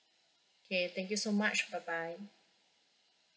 okay thank you so much bye bye